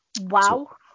Wow